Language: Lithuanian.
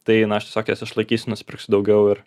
tai na aš tiesiog jas išlaikysiu nusipirksiu daugiau ir